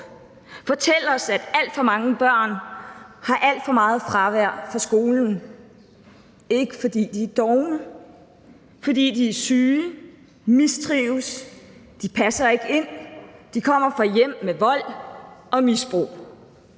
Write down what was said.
fortælle os, at alt for mange børn har alt for meget fravær fra skolen. Ikke fordi de er dovne, men fordi de er syge, mistrives, de passer ikke ind, de kommer fra hjem med vold og misbrug.